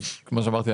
כמו שאמרתי,